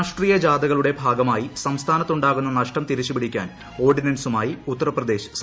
രാഷ്ട്രീയ ജാഥകളുടെ ഭാഗമായി സംസ്ഥാനത്ത് ഉണ്ടാകുന്ന നഷ്ടം തിരിച്ചുപിടിക്കാൻ ഓർഡിനൻസുമായി ഉത്തർപ്രദേശ് സർക്കാർ